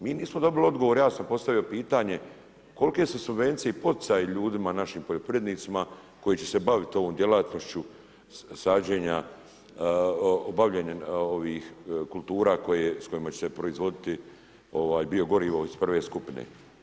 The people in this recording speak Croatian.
Mi nismo dobili odgovor, ja sam postavio pitanje, kolike su subvencije i poticaji ljudima, našim poljoprivrednicima koji će se bavit ovom djelatnošću sađenja, bavljenja kultura s kojima će se proizvoditi biogorivo iz prve skupine.